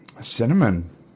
cinnamon